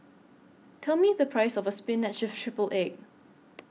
Tell Me The Price of Spinach with Triple Egg